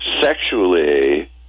sexually